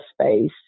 space